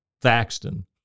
Thaxton